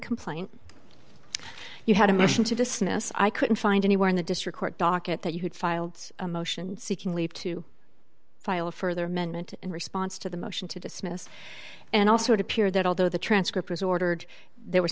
complaint you had a motion to dismiss i couldn't find anywhere in the district court docket that you had filed a motion seeking leave to file a further amendment in response to the motion to dismiss and also it appeared that although the transcript was ordered there was